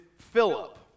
Philip